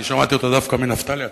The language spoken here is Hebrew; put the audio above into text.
אני שמעתי אותה דווקא מנפתלי עצמו,